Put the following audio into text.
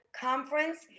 conference